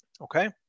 okay